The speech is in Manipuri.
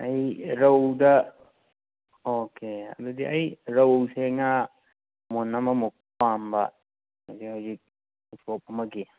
ꯑꯩ ꯔꯧꯗ ꯑꯣꯀꯦ ꯑꯗꯨꯗꯤ ꯑꯩ ꯔꯧꯁꯦ ꯉꯥ ꯃꯣꯟ ꯑꯃꯃꯨꯛ ꯄꯥꯝꯕ ꯍꯧꯖꯤꯛ ꯍꯧꯖꯤꯛ ꯎꯁꯣꯞ ꯑꯃꯒꯤ